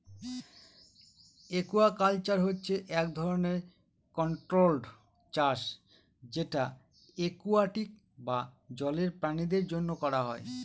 aquaculture হচ্ছে এক ধরনের কন্ট্রোল্ড চাষ যেটা একুয়াটিক বা জলের প্রাণীদের জন্য করা হয়